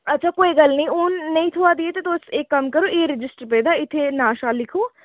अच्छा कोई गल्ल निं हून नेईं थ्होआ दी तुस इक कम्म करो एह् रजिस्टर पेदा इत्थै नांऽ शांऽ लिखो